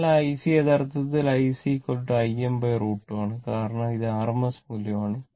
അതിനാൽ ആ IC യഥാർത്ഥത്തിൽ IC Im√ 2 ആണ് കാരണം ഇത് rms മൂല്യമാണ്